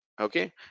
okay